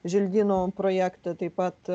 želdynų projektą taip pat